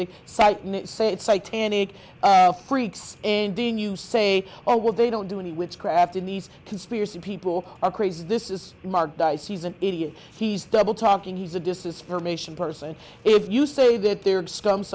tannic freaks and then you say or what they don't do any witchcraft in these conspiracy people are crazy this is mark dice he's an idiot he's double talking he's a distance from asian person if you say that they're scum